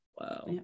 Wow